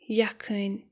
یَکھٕنۍ